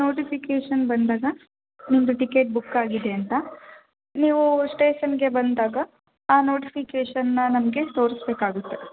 notification ಬಂದಾಗ ನಿಮ್ಮದು ticket book ಆಗಿದೆ ಅಂತ ನೀವು ಸ್ಟೇಷನ್ಗೆ ಬಂದಾಗ ಆ ನೋಟಿಫಿಕೇಷನ್ನ ನಮಗೆ ತೋರಿಸ್ಬೇಕಾಗುತ್ತೆ